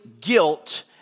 guilt